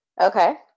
Okay